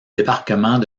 débarquement